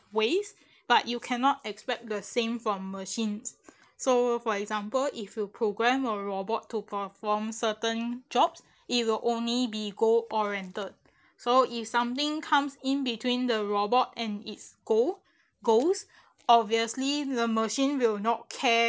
ways but you cannot expect the same from machines so for example if you program a robot to perform certain jobs it will only be goal oriented so if something comes in between the robot and its go~ goals obviously the machine will not care